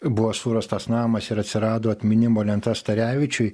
buvo surastas namas ir atsirado atminimo lenta starevičiui